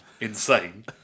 insane